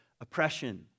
oppression